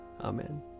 Amen